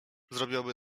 zrobiłaby